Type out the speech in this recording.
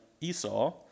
Esau